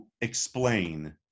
explain